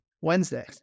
Wednesday